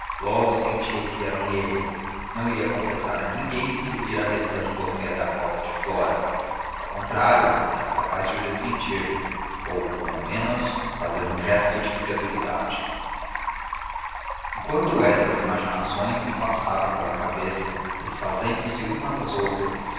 logo sentiu que era um erro não iria confessar a ninguém que o vira rezando ao pé da cova de flora ao contrário era capaz de o desmentir ou quando menos fazer um gesto de incredulidade enquanto estas imaginações lhe passavam pela cabeça desfazendo se umas às outras